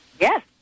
Yes